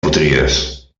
potries